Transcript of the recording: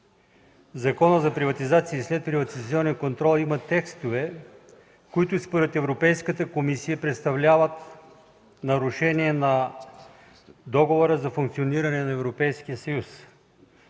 Закона за приватизация и следприватизационен контрол има текстове, които според Европейската комисия представляват нарушение на Договора за функциониране на Европейския съюз.